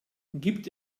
gibt